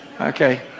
Okay